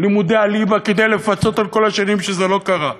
לימודי הליבה כדי לפצות על כל השנים שזה לא קרה,